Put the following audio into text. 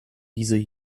diese